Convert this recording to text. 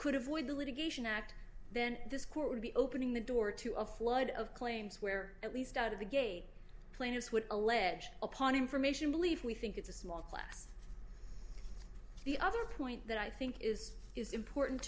could avoid litigation act then this court would be opening the door to a flood of claims where at least out of the gate players would allege upon information believe we think it's a small class the other point that i think is important